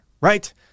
right